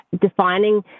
defining